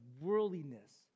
worldliness